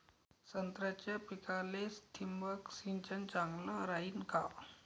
संत्र्याच्या पिकाले थिंबक सिंचन चांगलं रायीन का?